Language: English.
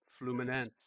Fluminense